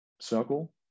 circle